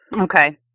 Okay